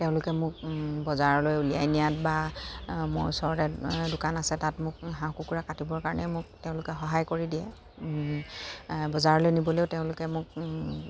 তেওঁলোকে মোক বজাৰলৈ উলিয়াই নিয়াত বা মোৰ ওচৰতে দোকান আছে তাত মোক হাঁহ কুকুৰা কাটিবৰ কাৰণে মোক তেওঁলোকে সহায় কৰি দিয়ে বজাৰলৈ নিবলৈও তেওঁলোকে মোক